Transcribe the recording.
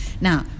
Now